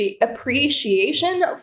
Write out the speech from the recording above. appreciation